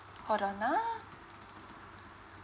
hold on ah